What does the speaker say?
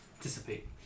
dissipate